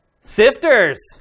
sifters